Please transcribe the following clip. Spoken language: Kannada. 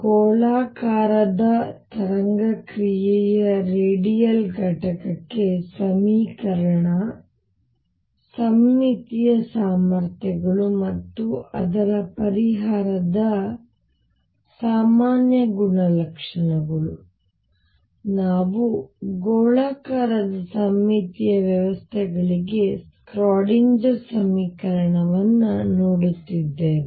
ಗೋಳಾಕಾರದ ತರಂಗ ಕ್ರಿಯೆಯ ರೇಡಿಯಲ್ ಘಟಕಕ್ಕೆ ಸಮೀಕರಣ ಸಮ್ಮಿತೀಯ ಸಾಮರ್ಥ್ಯಗಳು ಮತ್ತು ಅದರ ಪರಿಹಾರದ ಸಾಮಾನ್ಯ ಗುಣಲಕ್ಷಣಗಳು ನಾವು ಗೋಳಾಕಾರದ ಸಮ್ಮಿತೀಯ ವ್ಯವಸ್ಥೆಗಳಿಗೆ ಸ್ಕ್ರಾಡಿಂಜರ್ ಸಮೀಕರಣವನ್ನು ನೋಡುತ್ತಿದ್ದೇವೆ